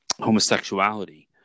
homosexuality